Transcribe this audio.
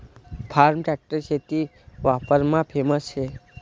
form tractor शेती वापरमा famous शे